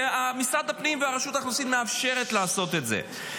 כי משרד הפנים ורשות האוכלוסין מאפשרת לעשות את זה.